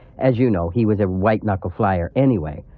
as you know, he was a white-knuckle flyer anyway,